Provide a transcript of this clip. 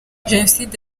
jenoside